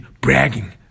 bragging